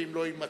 ואם לא יימצא,